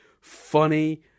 funny